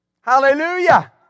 Hallelujah